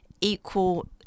equal